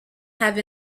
have